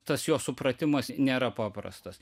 tas jo supratimas nėra paprastas